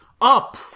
up